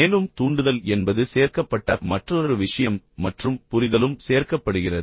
மேலும் தூண்டுதல் என்பது சேர்க்கப்பட்ட மற்றொரு விஷயம் மற்றும் புரிதலும் சேர்க்கப்படுகிறது